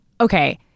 Okay